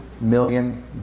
million